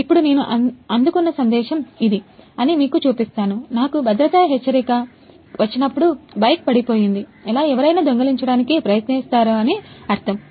ఇప్పుడు నేను అందుకున్న సందేశం ఇది అని మీకు చూపిస్తాను నాకు భద్రతా హెచ్చరిక వచ్చినప్పుడు బైక్ పడిపోయింది లేదా ఎవరైనా దొంగిలించడానికి ప్రయత్నిస్తారు అని అర్థము